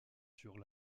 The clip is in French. sur